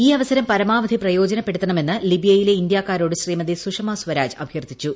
ഈ അവസരം പരമാവധി പ്രയോജനപ്പെടുത്തണമെന്ന് ലിബിയയിലെ ഇന്ത്യക്കാരോട് ശ്രീമതി സുഷമ സ്വരാജ് അഭ്യർത്ഥിച്ചു